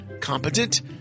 competent